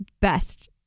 best